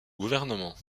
gouvernement